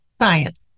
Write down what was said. science